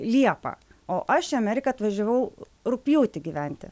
liepą o aš į ameriką atvažiavau rugpjūtį gyventi